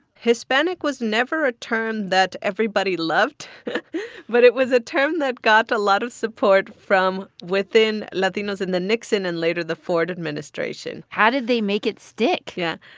hispanic was never a term that everybody loved but it was a term that got a lot of support from within latinos in the nixon and later the ford administration how did they make it stick? yeah.